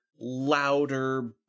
louder